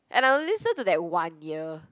and I'll listen to that one year